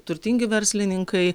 turtingi verslininkai